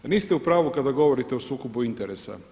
A niste u pravu kada govorite o sukobu interesa.